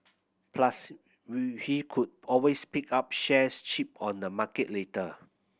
plus we he could always pick up shares cheap on the market later